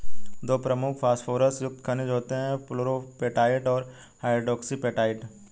दो प्रमुख फॉस्फोरस युक्त खनिज होते हैं, फ्लोरापेटाइट और हाइड्रोक्सी एपेटाइट